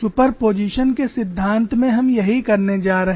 superposition के सिद्धांत में हम यही करने जा रहे हैं